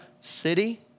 city